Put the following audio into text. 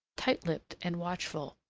tight-lipped, and watchful.